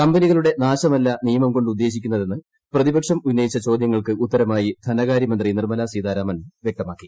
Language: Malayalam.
കമ്പനികളുടെ നാശമല്ല നിയമം കൊണ്ട് ഉദ്ദേശിക്കുന്നതെന്ന് പ്രതിപക്ഷം ഉന്നയിച്ച ചോദൃങ്ങൾക്ക് ഉത്തരമായി ധനകാരൃമന്ത്രി നിർമ്മലാ സീത്രാരാമൻ വൃക്തമാക്കി